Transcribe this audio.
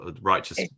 righteous